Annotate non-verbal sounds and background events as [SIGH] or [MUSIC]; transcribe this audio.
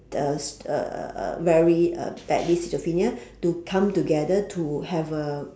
[NOISE] uh uh uh very uh badly schizophrenia to come together to have a